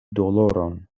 doloron